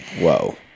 Whoa